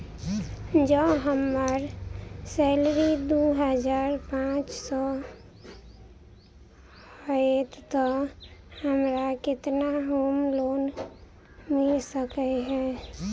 जँ हम्मर सैलरी दु हजार पांच सै हएत तऽ हमरा केतना होम लोन मिल सकै है?